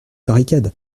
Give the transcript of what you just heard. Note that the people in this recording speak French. barricade